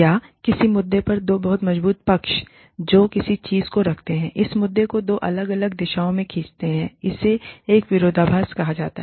या किसी मुद्दे पर दो बहुत मजबूत पक्ष जो किसी चीज़ को रखते हैं उस मुद्दे को दो अलग अलग दिशाओं में खींचते हैं इसे एक विरोधाभास कहा जाता है